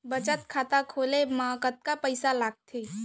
बचत खाता खोले मा कतका पइसा लागथे?